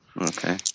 Okay